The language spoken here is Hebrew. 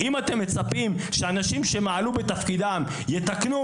אם אתם מצפים שאנשים שמעלו בתפקידם יתקנו